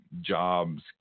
jobs